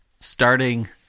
Starting